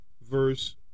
verse